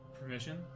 Permission